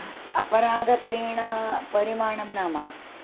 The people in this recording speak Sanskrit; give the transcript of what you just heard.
अपराधपरिणा परिमाणं नाम